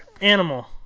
animal